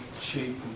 shape